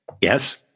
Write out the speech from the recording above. Yes